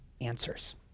answers